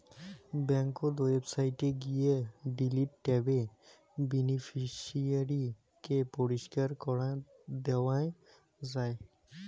ব্যাংকোত ওয়েবসাইটে গিয়ে ডিলিট ট্যাবে বেনিফিশিয়ারি কে পরিষ্কার করাং দেওয়াং যাই